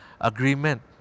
agreement